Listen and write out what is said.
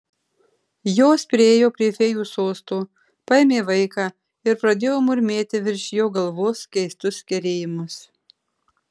jos priėjo prie fėjų sosto paėmė vaiką ir pradėjo murmėti virš jo galvos keistus kerėjimus